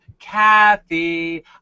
Kathy